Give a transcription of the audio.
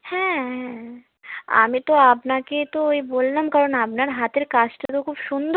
হ্যাঁ হ্যাঁ আমি তো আপনাকে তো ওই বললাম কারণ আপনার হাতের কাজটা তো খুব সুন্দর